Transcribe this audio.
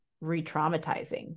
re-traumatizing